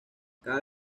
cabe